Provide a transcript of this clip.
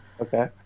Okay